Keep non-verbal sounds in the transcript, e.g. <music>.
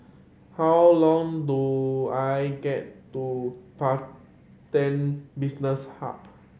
<noise> how long do I get to Pantech Business Hub